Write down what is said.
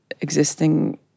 existing